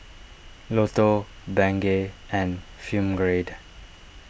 Lotto Bengay and Film Grade